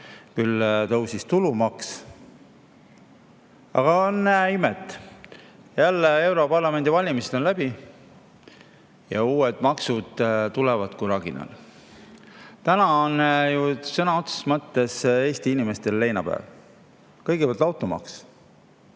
küll tõusis tulumaks. Aga ennäe imet! Jälle europarlamendi valimised on läbi ja uued maksud tulevad kui raginal. Täna on ju sõna otseses mõttes Eesti inimestel leinapäev. Kõigepealt automaks